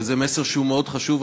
וזה מסר שהוא מאוד חשוב,